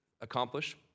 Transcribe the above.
accomplish